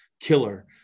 killer